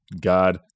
God